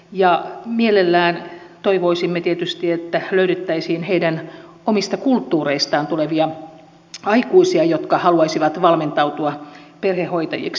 mielellämme tietysti toivoisimme että löydettäisiin heidän omista kulttuureistaan tulevia aikuisia jotka haluaisivat valmentautua perhehoitajiksi